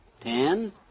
ten